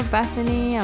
Bethany